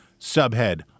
Subhead